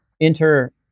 enter